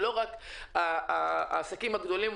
זה לא רק העסקים הגדולים,